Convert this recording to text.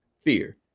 fear